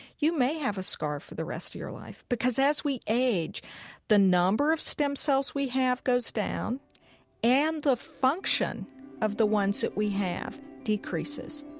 you may have a scar for the rest of your life because as we age the number of stem cells we have goes down and the function of the ones that we have decreases